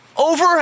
Over